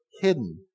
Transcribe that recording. hidden